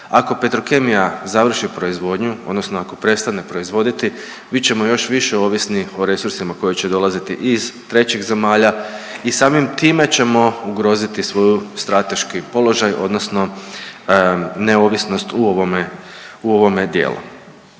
Ako Petrokemija završi proizvodnju odnosno ako prestane proizvoditi bit ćemo još više ovisni o resursima koji će dolaziti iz trećih zemalja i samim time ćemo ugroziti svoj strateški položaj odnosno neovisnost u ovome, u